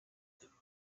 bivugwa